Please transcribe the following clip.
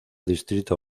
distrito